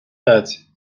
пять